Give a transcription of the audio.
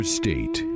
state